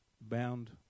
bound